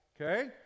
Okay